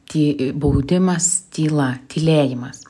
ti baudimas tyla tylėjimas